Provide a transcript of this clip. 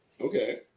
Okay